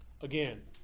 Again